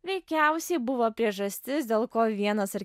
veikiausiai buvo priežastis dėl ko vienas ar